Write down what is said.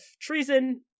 treason